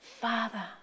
Father